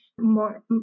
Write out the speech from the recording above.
more